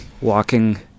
walking